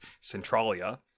centralia